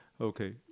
Okay